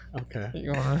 Okay